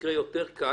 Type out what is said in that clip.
מקרה קל יותר,